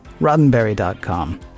Roddenberry.com